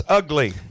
ugly